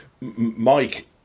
Mike